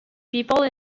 people